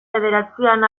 bederatzian